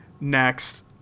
Next